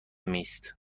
نیست